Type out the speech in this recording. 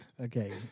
Okay